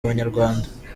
abanyarwanda